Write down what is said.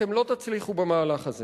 אתם לא תצליחו במהלך הזה,